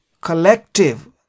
collective